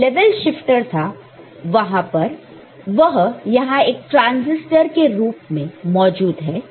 जो level shifter था वह यहां एक ट्रांजिस्टर के रूप में मौजूद है